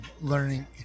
learning